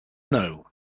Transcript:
know